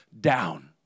down